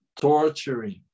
torturing